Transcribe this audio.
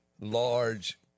large